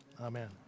Amen